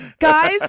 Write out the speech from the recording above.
Guys